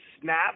snap